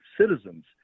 citizens